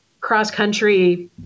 cross-country